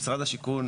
משרד השיכון,